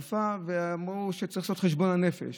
אמרו שצריך לעשות חשבון נפש,